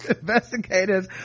Investigators